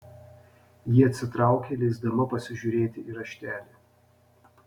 ji atsitraukė leisdama pasižiūrėti į raštelį